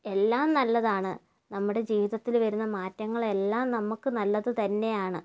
എല്ലാം നല്ലതാണ് നമ്മുടെ ജീവിതത്തിൽ വരുന്ന മാറ്റങ്ങളെല്ലാം നമ്മൾക്ക് നല്ലത് തന്നെയാണ്